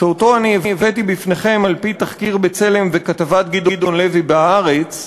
שאותו הבאתי בפניכם על-פי תחקיר "בצלם" וכתבת גדעון לוי ב"הארץ",